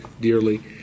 dearly